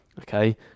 Okay